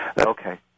Okay